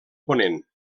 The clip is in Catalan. ponent